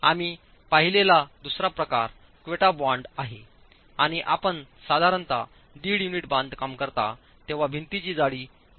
आम्ही पाहिलेला दुसरा प्रकार क्वेटा बाँड आहे आणि जेव्हा आपण साधारणत दीड युनिट बांधकाम करता तेव्हा भिंतीची जाडी दीड युनिट असते